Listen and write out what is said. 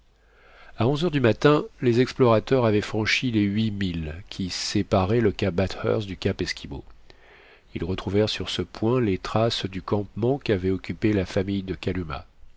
à onze heures du matin les explorateurs avaient franchi les huit milles qui séparaient le cap bathurst du cap esquimau ils retrouvèrent sur ce point les traces du campement qu'avait occupé la famille de kalumah